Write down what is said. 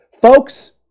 Folks